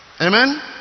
Amen